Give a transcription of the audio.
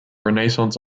renaissance